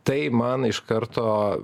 tai man iš karto